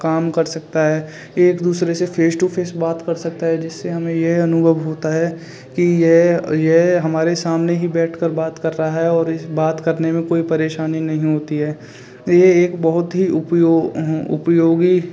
काम कर सकता है एक दूसरे से फेस टू फेस बात कर सकता है जिससे हमें यह अनुभव होता है कि यह यह हमारे सामने ही बैठ कर बात कर रहा है और इ बात करने में कोई परेशानी नहीं होती है यह एक बहुत ही उपयो उपयोगी